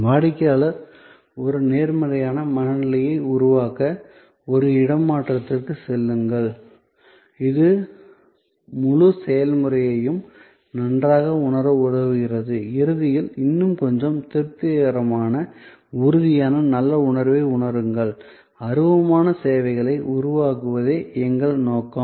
வாடிக்கையாளர் ஒரு நேர்மறையான மனநிலையை உருவாக்க ஒரு இடமாற்றத்திற்கு செல்லுங்கள் இது முழு செயல்முறையையும் நன்றாக உணர உதவுகிறது இறுதியில் இன்னும் கொஞ்சம் திருப்திகரமான உறுதியான நல்ல உணர்வை உணருங்கள் அருவமான சேவைகளை உருவாக்குவதே எங்கள் நோக்கம்